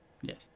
Yes